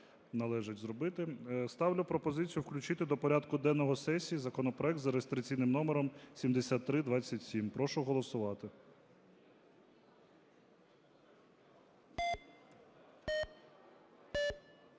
належить зробити. Ставлю пропозицію включити до порядку денного сесії законопроект за реєстраційним номером 7327. Прошу голосувати.